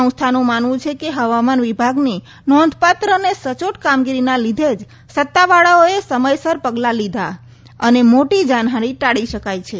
સંસ્થાનું માનવું છે કે હવામાન વિભાગની નોંધપાત્ર અને સચોટ કામગીરીના લીધે જ સત્તાવાળાઓએ સમયસર પગલાં લીધા અને મોટી જાનહાની ટાળી શકાઇ છે